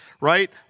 right